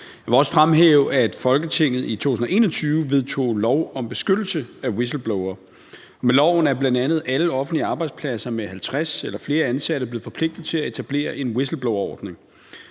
Jeg vil også fremhæve, at Folketinget i 2021 vedtog lov om beskyttelse af whistleblowere. Med loven er bl.a. alle offentlige arbejdspladser med 50 eller flere ansatte blevet forpligtet til at etablere en whistleblowerordning.